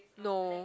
no